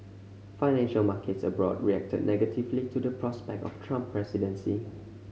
financial markets abroad reacted negatively to the prospect of Trump presidency